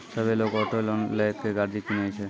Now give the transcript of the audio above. सभ्भे लोगै auto loan लेय के गाड़ी किनै छै